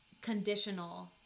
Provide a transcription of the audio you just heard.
conditional